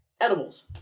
edibles